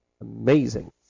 amazing